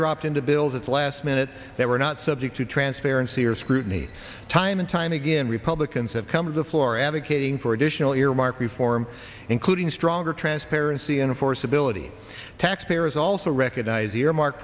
dropped into bills at the last minute they were not subject to transparency or scrutiny time and time again republicans have come to the floor advocating for additional earmark reform including stronger transparency and of course ability taxpayers also recognize the earmark